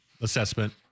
assessment